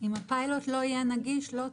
אם הפיילוט לא יהיה נגיש, לא תדע.